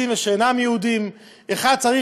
אבל לימדו אותי כבר כילד שיש משפט מקודש שאתו אי-אפשר